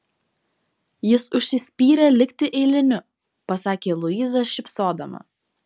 jis užsispyrė likti eiliniu pasakė luiza šypsodama